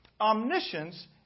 Omniscience